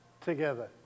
together